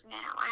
now